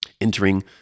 entering